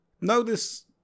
notice